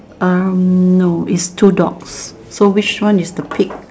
um no is two dogs so which one is the pig